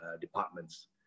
departments